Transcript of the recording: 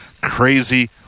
crazy